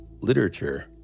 literature